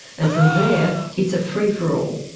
and from there, it's a free-for-all.